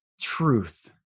truth